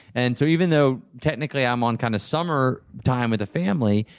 and so even though technically i'm on kind of summer time with the family,